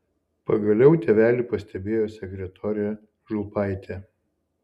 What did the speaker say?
pagaliau tėvelį pastebėjo sekretorė žulpaitė